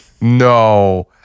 No